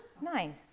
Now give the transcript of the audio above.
nice